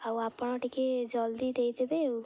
ଆଉ ଆପଣ ଟିକେ ଜଲ୍ଦି ଦେଇଦେବେ ଆଉ